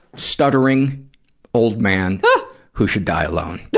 stuttering old man who should die alone.